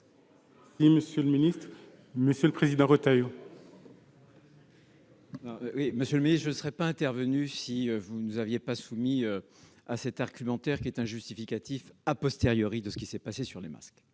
Monsieur le ministre, je ne serais pas intervenu si vous ne nous aviez pas soumis cet argumentaire, qui est un justificatif de ce qui s'est passé avec les masques.